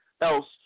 else